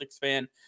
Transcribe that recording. fan